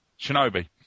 Shinobi